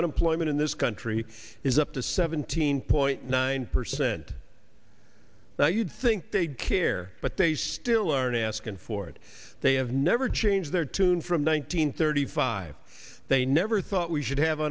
unemployment in this country is up to seventeen point nine percent now you'd think they'd care but they still aren't asking for it they have never changed their tune from one hundred thirty five they never thought we should have